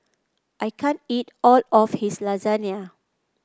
I can't eat all of his Lasagne